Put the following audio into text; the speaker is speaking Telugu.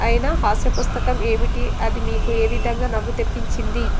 అయినా హాస్య పుస్తకం ఏమిటి అది మీకు ఏ విధంగా నవ్వు తెప్పించింది